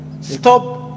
Stop